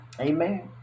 Amen